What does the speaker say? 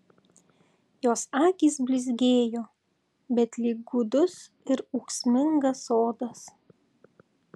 jos akys blizgėjo bet lyg gūdus ir ūksmingas sodas